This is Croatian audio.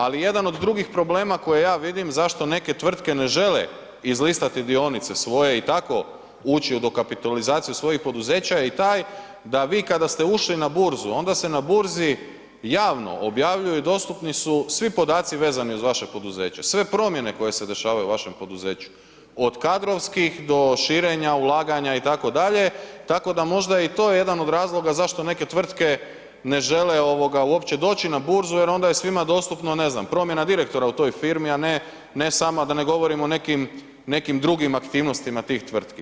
Ali jedan od drugih problema koje ja vidim zašto neke tvrtke ne žele izlistati dionice svoje i tako ući u dokapitalizaciju svojih poduzeća je taj da vi kada ste ušli na burzu onda se na burzi javno objavljuju dostupni su svi podaci vezani uz vaše poduzeće, sve promjene koje se dešavaju u vašem poduzeću od kadrovskih, do širenja, ulaganja itd., tako da je možda i to jedan od razloga zašto neke tvrtke ne žele uopće doći na burzu jer onda je svima dostupno ne znam promjena direktora u toj firmi, a da ne govorim o nekim drugim aktivnostima tih tvrtki.